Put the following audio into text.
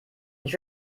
ich